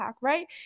right